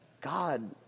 God